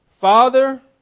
Father